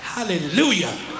Hallelujah